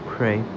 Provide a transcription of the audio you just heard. Pray